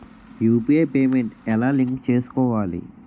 UPI payment ఎలా link చేసుకోవాలి?